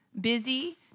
busy